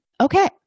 okay